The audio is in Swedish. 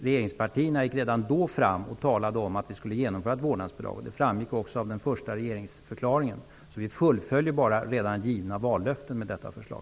Regeringspartierna gick redan då fram och talade om att vi skulle genomföra ett vårdnadsbidrag. Det framgick också av den första regeringsförklaringen. Så vi fullföljer bara redan givna vallöften med detta förslag.